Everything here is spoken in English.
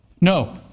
No